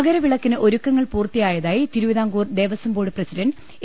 മകരവിളക്കിന് ഒരുക്കങ്ങൾ പൂർത്തിയായതായി തിരുവിതാംകൂർ ദേവ സ്വംബോർഡ് president A